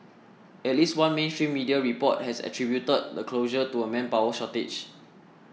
at least one mainstream media report has attributed the closure to a manpower shortage